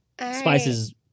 Spices